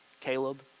Caleb